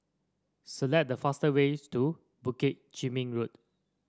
select the fast ways to Bukit Chermin Road